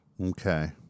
Okay